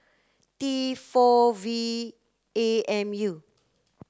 T four V A M U